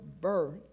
birth